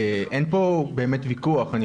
אין פה באמת ויכוח.